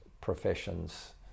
professions